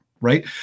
right